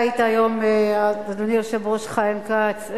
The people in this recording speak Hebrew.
אדוני היושב-ראש חיים כץ,